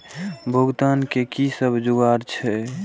भुगतान के कि सब जुगार छे?